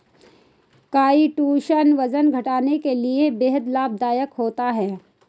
chitosan वजन घटाने के लिए बेहद लाभदायक होता है